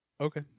Okay